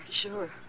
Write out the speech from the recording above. Sure